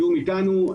בתיאום אתנו,